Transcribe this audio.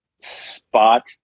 spot